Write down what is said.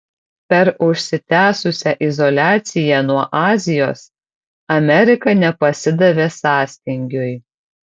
per užsitęsusią izoliaciją nuo azijos amerika nepasidavė sąstingiui